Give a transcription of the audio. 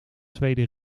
tweede